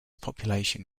population